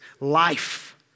Life